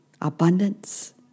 abundance